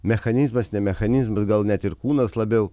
mechanizmas ne mechanizmas gal net ir kūnas labiau